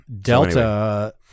Delta